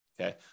okay